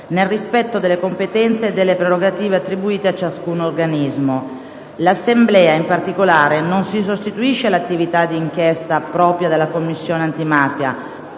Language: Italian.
nel rispetto delle competenze e delle prerogative attribuite a ciascun organismo. L'Assemblea, in particolare, non si sostituisce all'attività d'inchiesta propria della Commissione antimafia